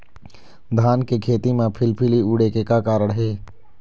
धान के खेती म फिलफिली उड़े के का कारण हे?